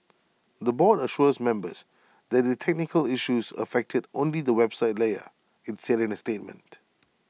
the board assures members that the technical issues affected only the website layer IT said in A statement